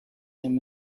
him